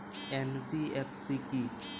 NBFC কী?